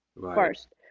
first